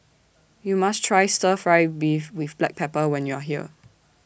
YOU must Try Stir Fry Beef with Black Pepper when YOU Are here